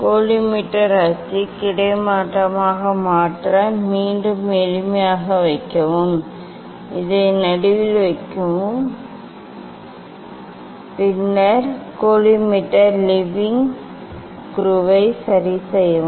collimator அச்சு கிடைமட்டமாக மாற்ற மீண்டும் எளிமையாக வைக்கவும் இதை நடுவில் வைக்கவும் பின்னர் கோலிமேட்டர் லெவலிங் ஸ்க்ரூவை சரிசெய்யவும்